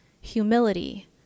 humility